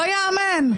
לא ייאמן.